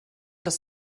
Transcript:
des